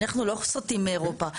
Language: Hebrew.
אנחנו לא סוטים מאירופה.